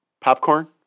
popcorn